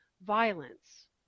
violence